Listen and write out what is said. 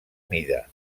mida